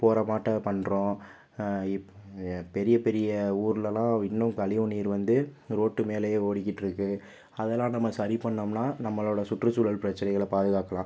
போகிற மாட்ட பண்ணுறோம் பெரிய பெரிய ஊருலெலா இன்னும் கழிவு நீர் வந்து ரோட் மேலேயே ஓடிகிட்டிருக்கு அதெலாம் நம்ப சரி பண்ணிணோம்னா நம்மளோடய சுற்றுசூழல் பிரச்சினைகளை பாதுகாக்கலாம்